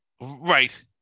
Right